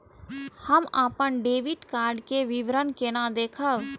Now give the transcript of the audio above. हम अपन debit card के विवरण केना देखब?